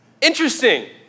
Interesting